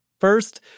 First